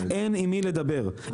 אין עם מי לדבר,